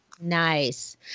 Nice